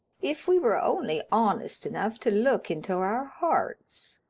if we were only honest enough to look into our hearts,